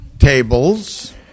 tables